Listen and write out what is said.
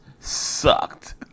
sucked